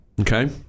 Okay